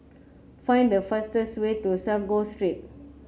find the fastest way to Sago Street